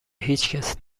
هیچکس